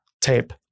Tape